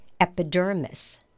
Epidermis